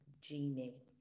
genie